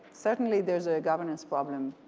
certainly there's a governance problem,